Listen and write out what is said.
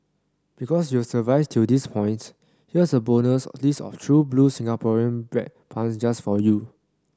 because you've survived till this points here's a bonus list of true blue Singaporean bread puns just for you